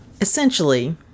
Essentially